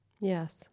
Yes